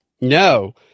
No